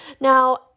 Now